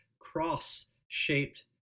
cross-shaped